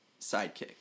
sidekick